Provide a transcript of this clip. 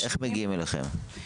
איך מגיעים אליכן?